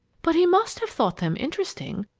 but he must have thought them interesting,